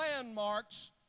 landmarks